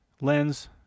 lens